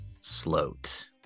Sloat